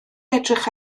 edrych